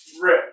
rip